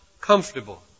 comfortable